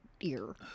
ear